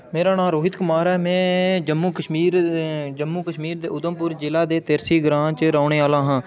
मेरा नाम रोहित कुमार ऐ में जम्मू कश्मीर जम्मू कश्मीर दे उधमुपर जि'ले दे तिरछी ग्रां च रौह्ने आह्ला हां